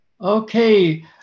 okay